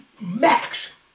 max